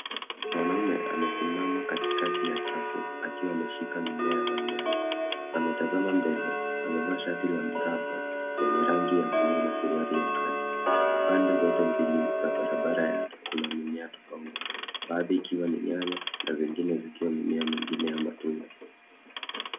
Mwanaume amesimama katikati ya chafu akiwa ameshika mimea wa nyanya. Ametazama mbele. Amevaa shati la miraba yenye rangi ya buluu na suruali ya khaki. Pande zote mbili za barabara yake kuna mimea tofauti baadhi ikiwa ni nyanya na zingine zikiwa mimea mingine ya matunda.